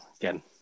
again